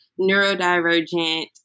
neurodivergent